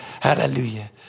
Hallelujah